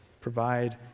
Provide